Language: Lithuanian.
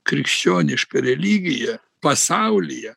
krikščioniška religija pasaulyje